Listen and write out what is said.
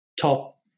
top